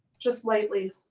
just lightly.